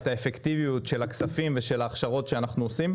את האפקטיביות של הכספים ושל ההכשרות שאנחנו עושים,